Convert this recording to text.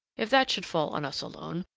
if that should fall on us alone,